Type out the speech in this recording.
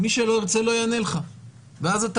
מי שלא ירצה,